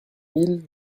mille